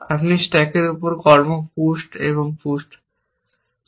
আপনি স্ট্যাকের উপর কর্ম পুসড করা হয়